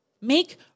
Make